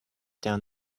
down